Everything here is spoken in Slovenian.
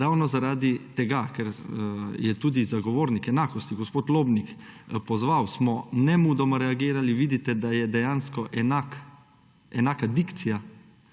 Ravno zaradi tega, ker nas je tudi zagovornik enakosti gospod Lobnik pozval, smo nemudoma reagirali, vidite, da je dejansko enaka dikcija